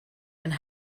and